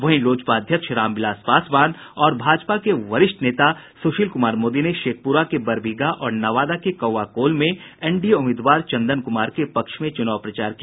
वहीं लोजपा अध्यक्ष रामविलास पासवान और भाजपा के वरिष्ठ नेता सुशील कुमार मोदी ने शेखपुरा के बरबीघा और नवादा के कौआकोल में एनडीए उम्मीदवार चंदन कुमार के पक्ष में चुनाव प्रचार किया